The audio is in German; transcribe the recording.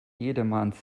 jedermanns